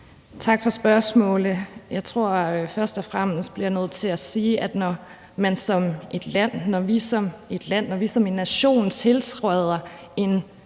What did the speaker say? Tak for spørgsmålet. Jeg tror først og fremmest, jeg bliver nødt til at sige, at når vi som et land, når vi som en nation, tiltræder en